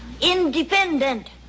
independent